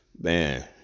Man